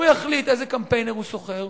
הוא יחליט איזה קמפיינר הוא שוכר.